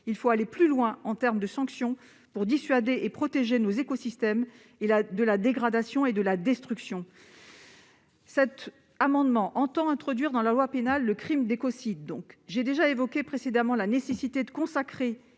Il faut aller plus loin en termes de sanctions pour dissuader les contrevenants et protéger nos écosystèmes de la dégradation et de la destruction. Cet amendement tend donc à introduire dans notre loi pénale le crime d'écocide. J'ai déjà évoqué précédemment la nécessité de consacrer